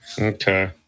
Okay